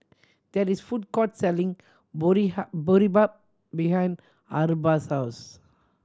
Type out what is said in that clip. there is a food court selling Boribap behind Arba's house